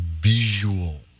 visual